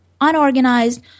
unorganized